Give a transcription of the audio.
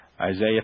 Isaiah